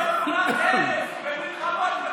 אתם בפעולת הרס ובמלחמות,